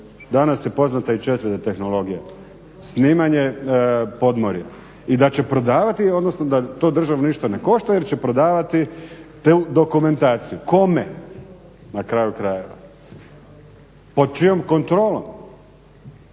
Danas je poznata i četvrta tehnologija, snimanje podmorja. I da će prodavati, odnosno da to državu ništa ne košta jer će prodavati tu dokumentaciju. Kome na kraju krajeva? Pod čijom kontrolom?